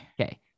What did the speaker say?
Okay